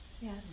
Yes